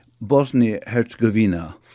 Bosnia-Herzegovina